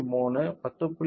3 10